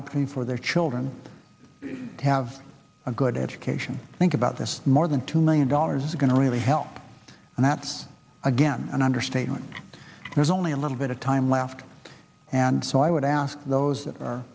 option for their children to have a good education think about this more than two million dollars is going to really help and that's again an understatement there's only a little bit of time left and so i would ask those that are